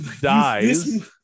dies